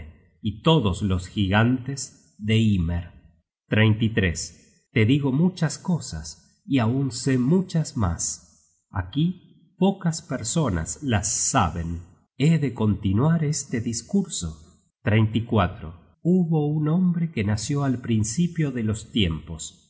y todos los gigantes de ymer te digo muchas cosas y aun sé muchas mas aquí pocas personas las saben he de continuar este discurso hubo un hombre que nació al principio de los tiempos